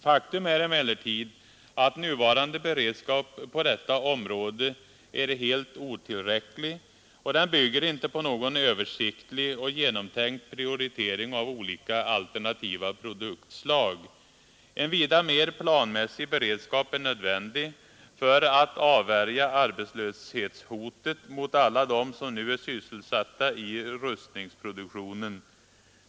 Faktum är emellertid att nuvarande beredskap på detta område är helt otillräcklig, och den bygger inte på någon översiktlig och genomtänkt prioritering av olika alternativa produktslag. En vida mer planmässig beredskap är nödvändig för att avvärja arbetslöshetshotet mot alla dem som nu är sysselsatta i rustningsproduktionen.